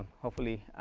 hopefully,